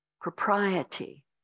propriety